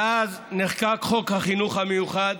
מאז נחקק חוק החינוך המיוחד